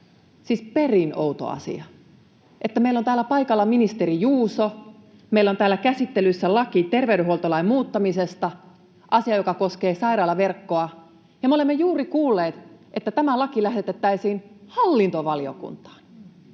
siis perin outo asia — kun meillä on täällä paikalla ministeri Juuso, meillä on täällä käsittelyssä laki terveydenhuoltolain muuttamisesta, asia, joka koskee sairaalaverkkoa, ja me olemme juuri kuulleet, että tämä laki lähetettäisiin hallintovaliokuntaan